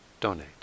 donate